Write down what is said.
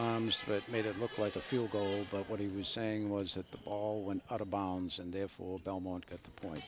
two but made it look like a field goal but what he was saying was that the ball went out of bounds and therefore belmont at the point